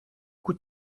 pas